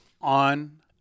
on